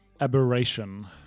aberration